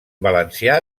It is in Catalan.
valencià